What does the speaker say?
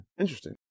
interesting